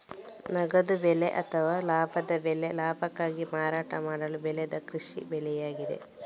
ನಗದು ಬೆಳೆ ಅಥವಾ ಲಾಭದ ಬೆಳೆ ಲಾಭಕ್ಕಾಗಿ ಮಾರಾಟ ಮಾಡಲು ಬೆಳೆದ ಕೃಷಿ ಬೆಳೆಯಾಗಿದೆ